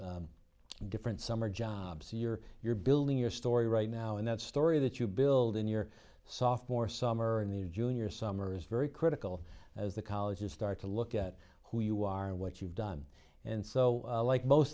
different summer jobs you're you're building your story right now and that story that you build in your soft more summer in the junior summer is very critical as the colleges start to look at who you are and what you've done and so like most